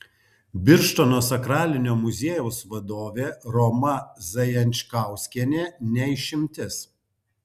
birštono sakralinio muziejaus vadovė roma zajančkauskienė ne išimtis